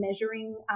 measuring